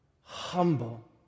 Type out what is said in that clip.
humble